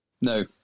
No